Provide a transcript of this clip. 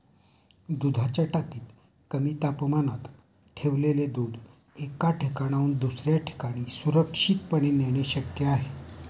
दुधाच्या टाकीत कमी तापमानात ठेवलेले दूध एका ठिकाणाहून दुसऱ्या ठिकाणी सुरक्षितपणे नेणे शक्य आहे